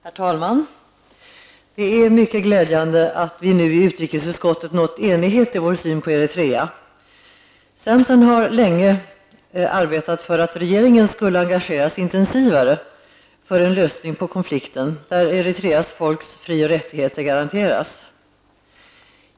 Herr talman! Det är mycket glädjande att vi i utrikesutskottet nu har nått enighet i vår syn på Centern har länge arbetat för att regeringen skulle engagera sig intensivare för en lösning på konflikten, så att Eritreas folks fri och rättigheter garanteras.